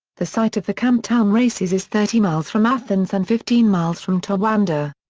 the site of the camptown races is thirty miles from athens and fifteen miles from towanda.